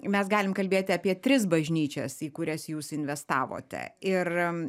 mes galim kalbėti apie tris bažnyčias į kurias jūs investavote ir